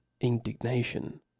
indignation